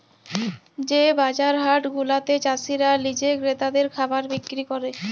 যে বাজার হাট গুলাতে চাসিরা লিজে ক্রেতাদের খাবার বিক্রি ক্যরে